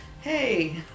hey